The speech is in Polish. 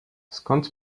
skąd